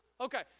Okay